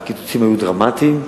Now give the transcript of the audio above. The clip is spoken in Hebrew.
הקיצוצים היו דרמטיים,